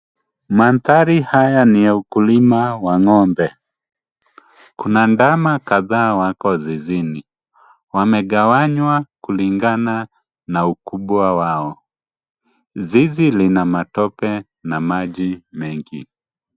Mandhari haya ni ya ukulima wa ng'ombe, kuna ndama kadhaa wako zizini, wamengawanywa kulingana na ukubwa wao .Zizi lina matope na maji mengi.